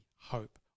hope